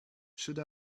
should